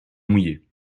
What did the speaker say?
mouillés